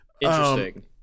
Interesting